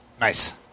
Nice